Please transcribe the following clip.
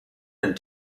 and